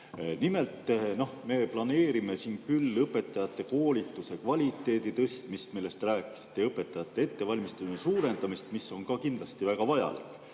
Nimelt, me planeerime siin küll õpetajate koolituse kvaliteedi tõstmist, millest te rääkisite, õpetajate ettevalmistamise suurendamist, mis on kindlasti väga vajalik,